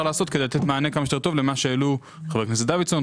לעשות כדי לתת מענה כמה שיותר טוב למה שהעלו חבר הכנסת דוידסון,